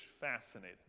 fascinating